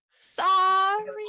Sorry